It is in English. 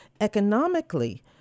economically